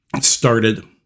started